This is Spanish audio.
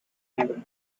negro